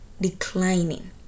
declining